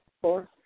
four